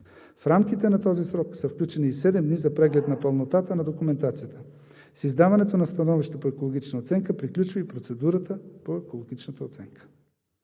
В рамките на този срок са включени и 7 дни за преглед на пълнотата на документацията. С издаването на становища по екологична оценка приключва и процедурата по екологичната оценка.